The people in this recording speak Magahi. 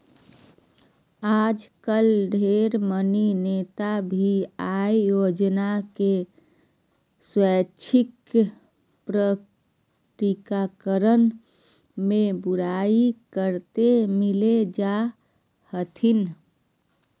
आजकल ढेर मनी नेता भी आय योजना के स्वैच्छिक प्रकटीकरण के बुराई करते मिल जा हथिन